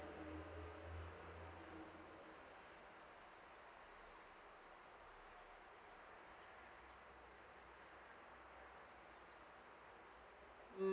um